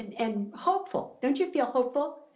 and and hopeful, don't you feel hopeful?